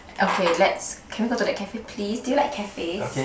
okay let's can we go to the cafe please do you like cafes